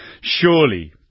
surely